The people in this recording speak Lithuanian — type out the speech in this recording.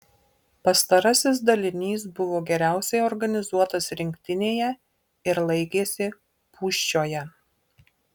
pastarasis dalinys buvo geriausiai organizuotas rinktinėje ir laikėsi pūščioje